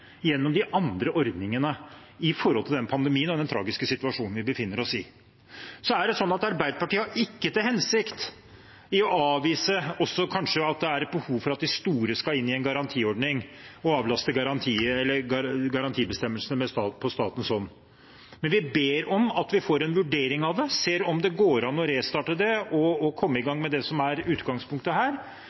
gjennom de andre ordningene i forbindelse med denne pandemien og den tragiske situasjonen vi befinner oss i. Arbeiderpartiet har ikke til hensikt å avvise at det kanskje er et behov for også å få de store inn i en garantiordning og få avlastet garantibestemmelsene på statens hånd. Men vi ber om at vi får en vurdering av det, ser om det går an å restarte det og komme i gang med det som er utgangspunktet her.